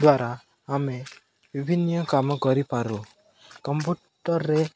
ଦ୍ୱାରା ଆମେ ବିଭିନ୍ନ କାମ କରିପାରୁ କମ୍ପୁଟରରେ